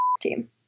team